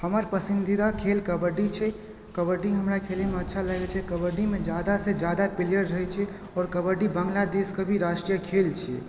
हमर पसन्दीदा खेल कबड्डी छै कबड्डी हमरा खेलैमे अच्छा लागै छै कबड्डीमे जादा सँ जादा प्लेयर होइ छै आओर कबड्डी बांग्लादेशके राष्ट्रीय खेल छै